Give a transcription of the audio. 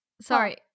sorry